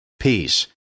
peace